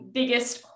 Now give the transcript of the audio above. biggest